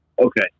Okay